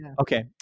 okay